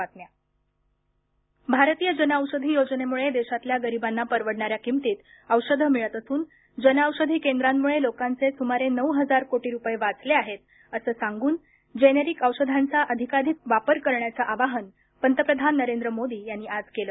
जनौषधी दिवस भारतीय जनऔषधी योजनेमुळे देशातल्या गरिबांना परवडणाऱ्या किमतीत औषधं मिळत असून जनऔषधी केंद्रांमुळे लोकांचे सुमारे नऊ हजार कोटी रुपये वाचले आहेत असं सांगून जेनेरिक औषधांचा अधिकाधिक वापर करण्याचं आवाहन पंतप्रधान नरेंद्र मोदी यांनी आज केलं